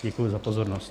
Děkuji za pozornost.